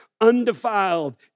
undefiled